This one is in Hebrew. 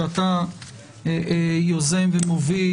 שאתה יוזם ומוביל,